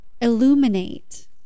illuminate